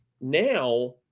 now